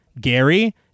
Gary